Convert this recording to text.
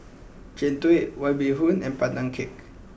Jian Dui White Bee Hoon and Pandan Cake